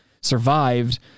survived